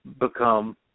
become